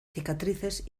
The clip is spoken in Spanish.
cicatrices